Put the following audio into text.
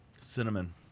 Cinnamon